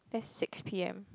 that's six p_m